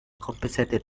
compensated